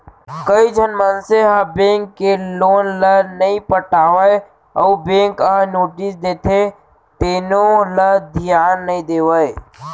कइझन मनसे ह बेंक के लोन ल नइ पटावय अउ बेंक ह नोटिस देथे तेनो ल धियान नइ देवय